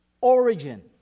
origin